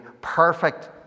perfect